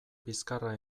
bizkarra